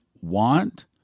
want